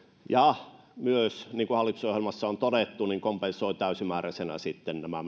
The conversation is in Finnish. ja myös niin kuin hallitusohjelmassa on todettu kompensoi täysimääräisenä nämä